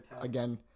again